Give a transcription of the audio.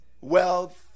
wealth